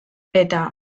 eta